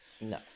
No